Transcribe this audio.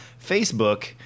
Facebook